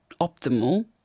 optimal